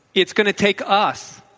it's going to take us,